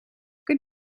good